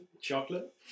Chocolate